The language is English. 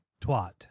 twat